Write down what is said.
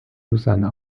lausanne